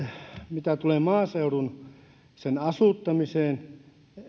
mitä tulee maaseudun asuttamiseen